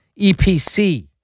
EPC